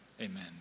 amen